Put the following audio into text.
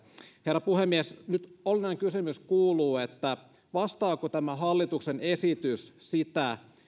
herra puhemies nyt olennainen kysymys kuuluu vastaako tämä hallituksen esitys sitä